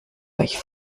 euch